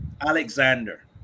Alexander